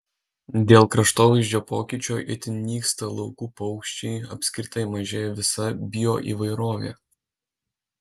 dėl kraštovaizdžio pokyčio itin nyksta laukų paukščiai apskritai mažėja visa bioįvairovė